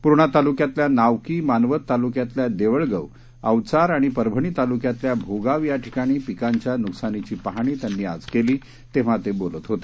प्र्णाताल्क्यातल्यानावकी मानवततालक्यातल्यादेवळगव अवचारआणिपरभणीतालुक्यातल्याभोगावयाठिकाणीपिकांच्यानुकसानीचीपाहणीत्यांनीआ जकेली तेव्हातेबोलतहोते